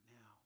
now